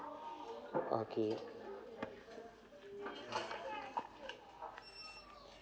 okay